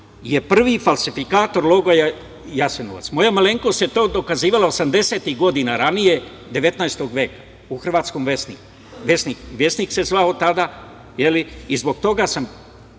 prvi falsifikator logora Jasenovac. Moja malenkost je to dokazivala 80-ih godina ranije, 19 veka u Hrvatskom „Vjesniku“. „Vjesnik“ se zvao tada i zbog toga sam